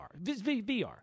VR